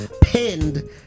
pinned